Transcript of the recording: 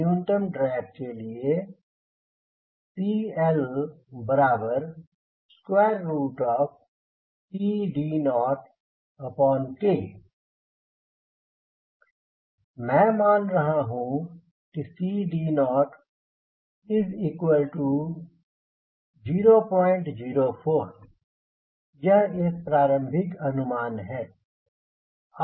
न्यूनतम ड्रैग के लिए CLCD0K मैं मान रहा हूँ कि CD0 004 यह एक प्रारंभिक अनुमान है